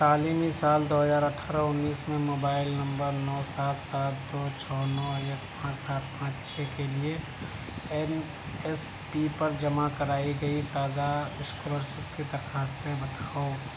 تعلیمی سال دو ہزار اٹھارہ انّیس میں موبائل نمبر نو سات سات دو چھ نو ایک پانچ سات پانچ چھ کے لیے این ایس پی پر جمع کرائی گئی تازہ اسکالرسپ کی درخواستیں بتاؤ